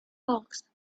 hawks